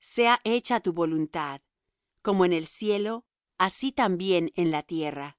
sea hecha tu voluntad como en el cielo así también en la tierra